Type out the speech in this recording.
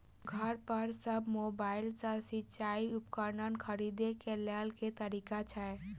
घर पर सऽ मोबाइल सऽ सिचाई उपकरण खरीदे केँ लेल केँ तरीका छैय?